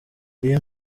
iyo